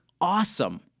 awesome